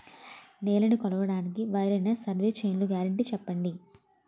నేలనీ కొలవడానికి వేరైన సర్వే చైన్లు గ్యారంటీ చెప్పండి?